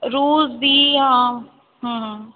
ਰੋਜ਼ ਦੀ ਹਾਂ ਹਾਂ ਹਾਂ